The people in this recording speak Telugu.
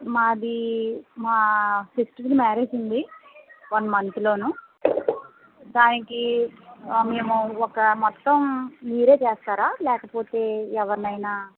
మాదీ మా సిస్టర్ది మ్యారేజ్ ఉంది వన్ మంత్లోను దానికి మేము ఒక మొత్తం మీరే చేస్తారా లేకపోతే ఎవరినైనా